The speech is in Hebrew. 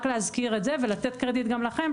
אם כן, רק להזכיר את זה ולתת קרדיט גם לכם.